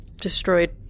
destroyed